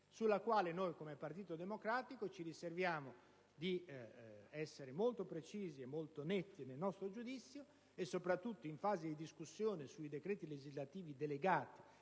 sulla quale noi, come Partito Democratico, ci riserviamo di essere molto precisi e molto netti nel nostro giudizio e, soprattutto in fase di discussione sui decreti legislativi delegati